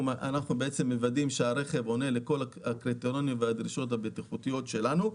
אנחנו מוודאים שהרכב עונה על כל הקריטריונים והדרישות הבטיחותיות שלנו.